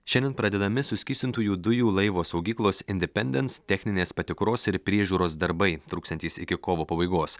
šiandien pradedami suskystintųjų dujų laivosaugyklos independence techninės patikros ir priežiūros darbai truksiantys iki kovo pabaigos